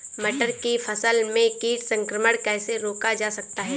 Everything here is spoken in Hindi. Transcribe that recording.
मटर की फसल में कीट संक्रमण कैसे रोका जा सकता है?